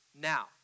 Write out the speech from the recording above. now